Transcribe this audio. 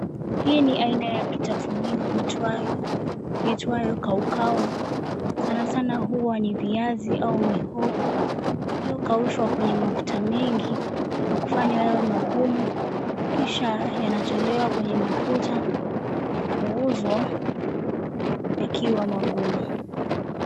Hii ni aina ya kitafunio iitwayo kaukau. Sanasana huwa ni viazi au mihogo iliyokaushwa kwenye mafuta mengi na kufanywa yawe magumu kisha yanatolewa kwenye mafuta na kuuzwa yakiwa magumu.